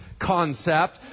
concept